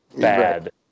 bad